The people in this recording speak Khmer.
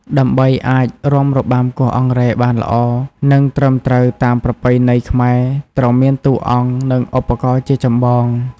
ដើម្បីអាចរាំរបាំគោះអង្រែបានល្អ និងត្រឹមត្រូវតាមប្រពៃណីខ្មែរ ត្រូវមានតួអង្គ និងឧបករណ៍ជាចម្បង។